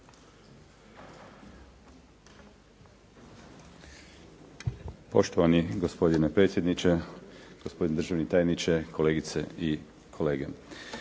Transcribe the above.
Poštovani gospodine predsjedniče, gospodine državni tajniče, kolegice i kolege.